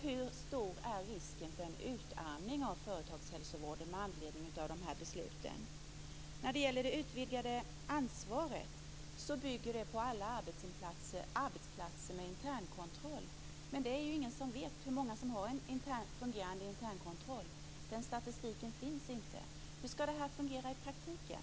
Hur stor är risken för en utarmning av företagshälsovården med anledning av de här besluten? Det utvidgade ansvaret bygger på alla arbetsplatser med internkontroll. Men det är ju ingen som vet hur många som har en fungerande internkontroll. Den statistiken finns inte. Hur ska detta fungera i praktiken?